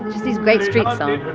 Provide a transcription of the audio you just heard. just these great street songs